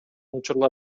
учурлар